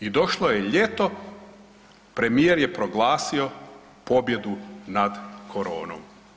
I došlo je ljeto, premijer je proglasio pobjedu na koronom.